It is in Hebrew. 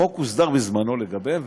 החוק הוסדר בזמנו לגביהן,